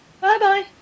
Bye-bye